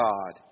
God